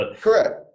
Correct